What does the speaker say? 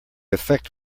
effect